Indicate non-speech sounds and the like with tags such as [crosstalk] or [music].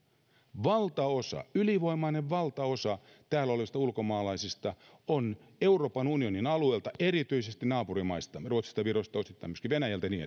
ylivoimainen valtaosa täällä olevista ulkomaalaisista on euroopan unionin alueelta erityisesti naapurimaistamme ruotsista virosta osittain myöskin venäjältä ja niin [unintelligible]